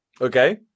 Okay